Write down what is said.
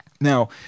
Now